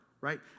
right